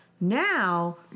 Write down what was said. Now